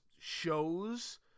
shows